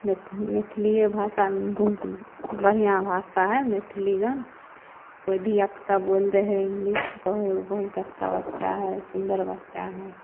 मैथिली मैथिलिए भाषामे बहुत बढ़िआँ भाषा हइ मैथिली गन कोइ धिआपुता बोलि दै हइ इंग्लिश तऽ कहै ओ बहुत अच्छा बच्चा हइ सुन्दर बच्चा हइ